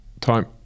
time